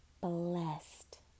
blessed